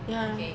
ya